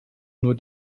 nur